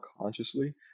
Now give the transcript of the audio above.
consciously